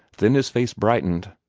then his face brightened.